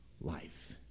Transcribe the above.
life